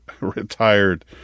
retired